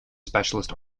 specialist